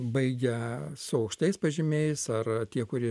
baigę su aukštais pažymiais ar tie kurie